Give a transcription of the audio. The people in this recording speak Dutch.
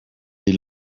die